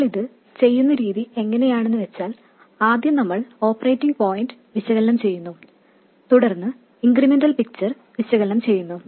നമ്മൾ അത് ചെയ്യുന്ന രീതി എങ്ങനെയാണെന്ന് വെച്ചാൽ ആദ്യം നമ്മൾ ഓപ്പറേറ്റിംഗ് പോയിന്റ് വിശകലനം ചെയ്യുന്നു തുടർന്ന് ഇൻക്രിമെന്റൽ പിക്ചർ വിശകലനം ചെയ്യുന്നു